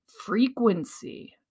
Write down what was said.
frequency